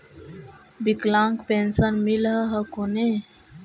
विकलांग पेन्शन मिल हको ने?